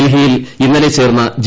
ഡൽഹിയിൽ ഇന്നലെ ചേർന്ന ജി